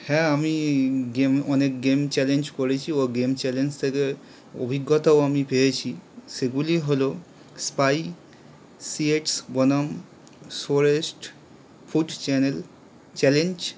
হ্যাঁ আমি গেম অনেক গেম চ্যালেঞ্জ করেছি ও গেম চ্যালেঞ্জ থেকে অভিজ্ঞতাও আমি পেয়েছি সেগুলি হলো স্পাই সি এক্স বনাম সোরেস্ট ফুট চ্যানেল চ্যালেঞ্জ